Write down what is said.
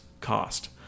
cost